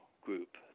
group